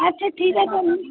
আচ্ছা ঠিক আছে